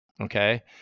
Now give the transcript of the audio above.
Okay